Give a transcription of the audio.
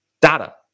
data